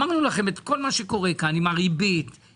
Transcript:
כל מה שקורה כאן עם הריבית,